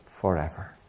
forever